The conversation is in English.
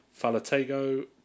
Falatego